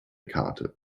karte